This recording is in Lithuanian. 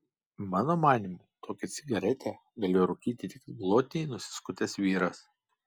mano manymu tokią cigaretę galėjo rūkyti tik glotniai nusiskutęs vyras